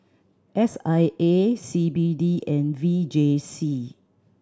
S I A C B D and V J C